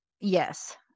yes